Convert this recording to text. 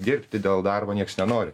dirbti dėl darbo nieks nenori